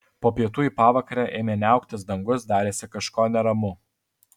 po pietų į pavakarę ėmė niauktis dangus darėsi kažko neramu